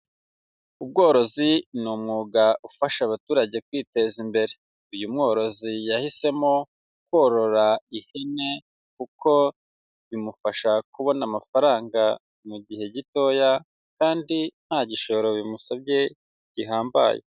Ubworozi ni umwuga ufasha abaturage kwiteza imbere, uyu mworozi yahisemo korora ihene kuko bimufasha kubona amafaranga mu gihe gitoya kandi nta gishoro bimusabye gihambaye.